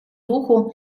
духу